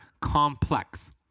Complex